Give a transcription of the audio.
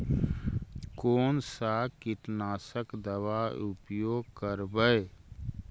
कोन सा कीटनाशक दवा उपयोग करबय?